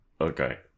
Okay